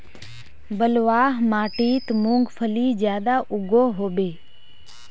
बलवाह माटित मूंगफली ज्यादा उगो होबे?